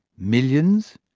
millions,